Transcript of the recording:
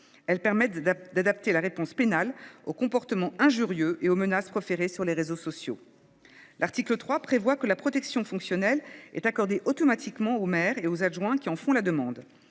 Elles permettent d’adapter la réponse pénale aux comportements injurieux et aux menaces proférées sur les réseaux sociaux. L’article 3 prévoit que la protection fonctionnelle est accordée automatiquement aux maires et aux adjoints qui en font la demande.